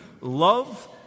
Love